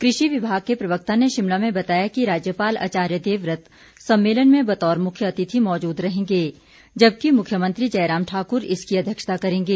कृषि विभाग के प्रवक्ता ने शिमला में बताया कि राज्यपाल आचार्य देवव्रत सम्मेलन में बतौर मुख्यातिथि मौजूद रहेंगे जबकि मुख्यमंत्री जयराम ठाकुर इसकी अध्यक्षता करेंगे